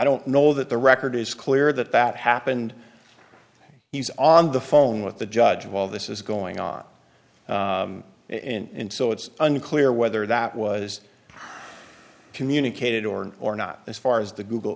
don't know that the record is clear that that happened he's on the phone with the judge while this is going on in so it's unclear whether that was communicated or or not as far as the google